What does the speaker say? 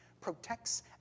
protects